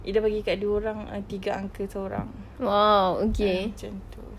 ida bagi dekat dia orang uh tiga angka seorang ah macam tu